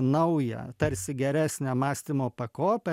naują tarsi geresnę mąstymo pakopą